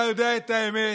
אתה יודע את האמת.